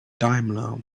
daimler